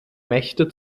mächte